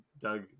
Doug